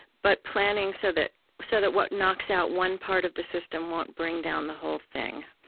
but planning so that so that what knocks out one part of the system won't bring down the whole thing.